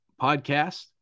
podcast